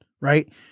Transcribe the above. right